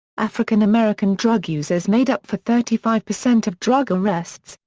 african-american drug users made up for thirty five percent of drug arrests,